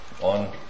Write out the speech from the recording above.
on